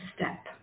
step